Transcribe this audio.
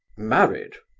married?